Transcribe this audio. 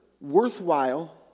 worthwhile